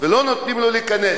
לא נותנים לו להיכנס?